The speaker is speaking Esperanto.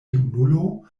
junulo